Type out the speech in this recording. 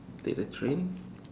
take the train